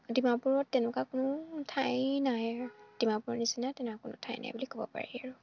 ডিমাপুৰত তেনেকুৱা কোনো ঠাই নাই ডিমাপুৰৰ নিচিনা তেনেকুৱা কোনো ঠাই নাই বুলি ক'ব পাৰি আৰু